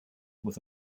with